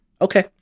Okay